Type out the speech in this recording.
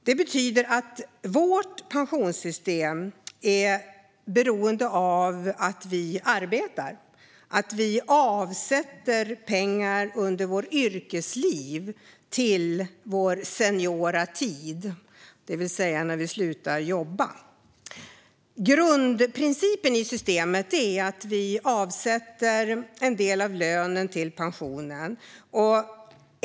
Det betyder att vårt pensionssystem är beroende av att vi arbetar och av att vi avsätter pengar under vårt yrkesliv till vår seniora tid, det vill säga när vi slutar att jobba. Grundprincipen i systemet är att vi avsätter en del av lönen till pensionen.